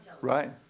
right